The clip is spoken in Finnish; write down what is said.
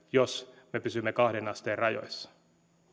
jos me pysymme kahteen asteen rajoissa